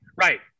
Right